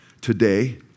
Today